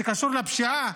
שקשור לפשיעה,